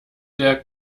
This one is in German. der